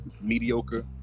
mediocre